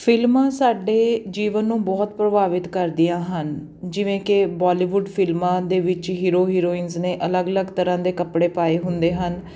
ਫਿਲਮਾਂ ਸਾਡੇ ਜੀਵਨ ਨੂੰ ਬਹੁਤ ਪ੍ਰਭਾਵਿਤ ਕਰਦੀਆਂ ਹਨ ਜਿਵੇਂ ਕਿ ਬੋਲੀਵੁੱਡ ਫਿਲਮਾਂ ਦੇ ਵਿੱਚ ਹੀਰੋ ਹੀਰੋਇਨਸ ਨੇ ਅਲੱਗ ਅਲੱਗ ਤਰ੍ਹਾਂ ਦੇ ਕੱਪੜੇ ਪਾਏ ਹੁੰਦੇ ਹਨ